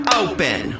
open